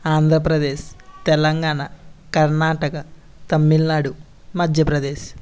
Andhra Pradesh Telangana Karnataka Tamil Nadu Madhya Pradesh